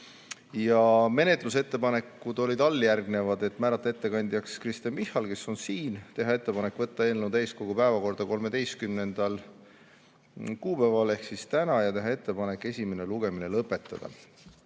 Menetlusettepanekud olid järgmised: määrata ettekandjaks Kristen Michal, teha ettepanek võtta eelnõu täiskogu päevakorda 13. kuupäeval ehk täna ja teha ettepanek esimene lugemine lõpetada.